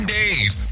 days